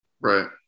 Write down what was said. right